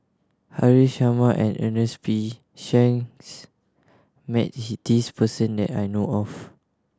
Haresh Sharma and Ernest P Shanks met this person that I know of